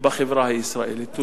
בחברה הישראלית.